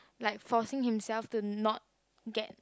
like forcing himself to not get